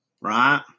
right